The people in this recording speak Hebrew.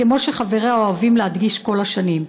כמו שחבריה אוהבים להדגיש כל השנים.